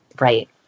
Right